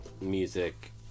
music